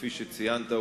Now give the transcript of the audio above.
כפי שציינת,